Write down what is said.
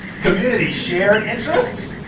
community, shared interest.